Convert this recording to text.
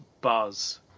buzz